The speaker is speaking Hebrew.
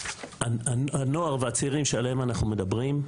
הנוער והצעירים שעליהם אנחנו מדברים,